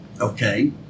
Okay